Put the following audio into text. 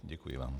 Děkuji vám.